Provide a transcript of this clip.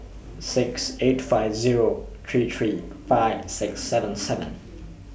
six eight five Zero three three five six seven seven